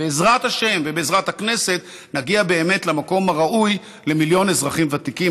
בעזרת השם ובעזרת הכנסת נגיע באמת למקום הראוי למיליון אזרחים ותיקים,